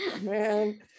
Man